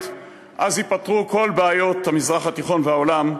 ייפתרו כל בעיות המזרח התיכון והעולם.